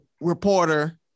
reporter